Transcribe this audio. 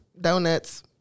donuts